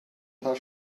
paar